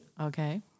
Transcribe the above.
Okay